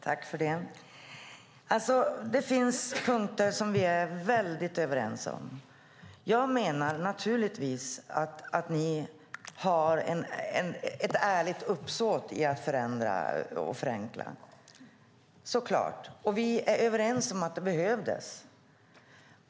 Herr talman! Det finns punkter där vi är väldigt överens. Givetvis har ni ett ärligt uppsåt i att förändra och förenkla, och vi är överens om att det behövdes.